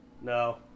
No